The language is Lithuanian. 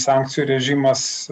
sankcijų režimas